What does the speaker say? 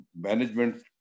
management